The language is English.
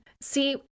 See